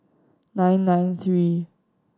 nine nine three